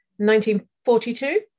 1942